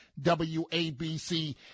WABC